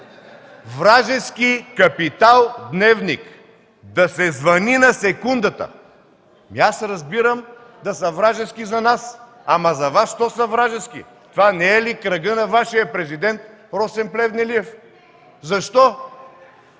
„Вражески – „Капитал”, „Дневник”. Да се звъни на секундата”. Аз разбирам да са вражески за нас, ама за Вас защо са вражески? Това не е кръгът на Вашия президент Росен Плевнелиев?